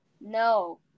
No